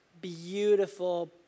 beautiful